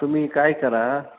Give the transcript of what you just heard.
तुम्ही काय करा